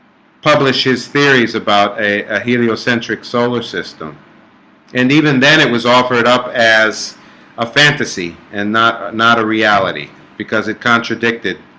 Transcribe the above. publish his theories about a a heliocentric solar system and even then it was offered up as a fantasy and not not a reality because it contradicted